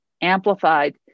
amplified